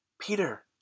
Peter